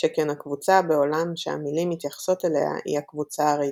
שכן הקבוצה בעולם שהמילים מתייחסות אליה היא הקבוצה הריקה.